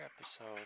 episode